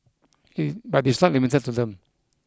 he but is not limited to them